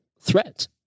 threat